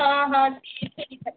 ठीक आहे ठीक आहे